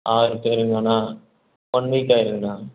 ஆறு பேருங்களாண்ணா one week ஆகிடுங்கண்ணா